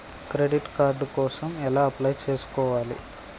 Credit card కోసం ఎలా apply చేసుకోవాలి?